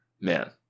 Man